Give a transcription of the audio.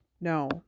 No